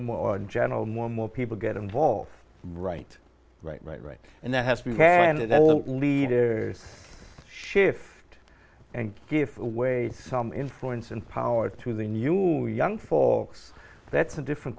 and more in general more and more people get involved right right right right and that has to be candid all leaders shift and give away some influence and power to the new young for that's a different